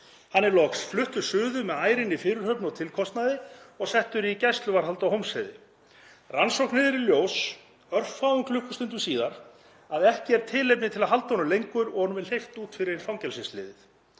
Hann er loks fluttur suður með ærinni fyrirhöfn og tilkostnaði og settur í gæsluvarðhald á Hólmsheiði. Rannsókn leiðir í ljós, örfáum klukkustundum síðar, að ekki er tilefni til að halda honum lengur og honum er hleypt út fyrir fangelsishliðið.